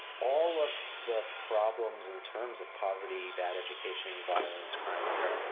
all of the problems in terms of poverty, bad education, violence, crime, et cetera,